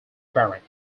barrett